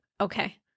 Okay